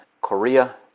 Korea